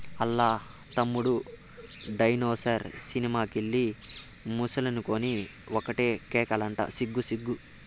ఆల్ల తమ్ముడు dinosaur cinema కెళ్ళి ముసలనుకొని ఒకటే కేకలంట సిగ్గు సిగ్గు